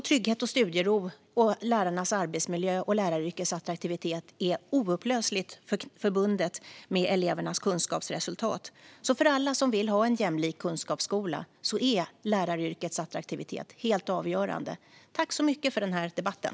Trygghet, studiero, lärarnas arbetsmiljö och läraryrkets attraktivitet är oupplösligt förbundet med elevernas kunskapsresultat. För alla som vill ha en jämlik kunskapsskola är läraryrkets attraktivitet därför helt avgörande. Tack för debatten!